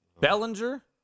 Bellinger